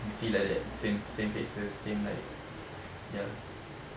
you see like that same same faces same like ya